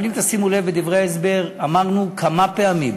אבל אם תשימו לב, בדברי ההסבר אמרנו כמה פעמים